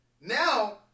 Now